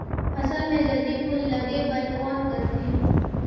फसल मे जल्दी फूल लगे बर कौन करथे?